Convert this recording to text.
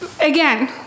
again